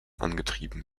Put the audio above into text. angetrieben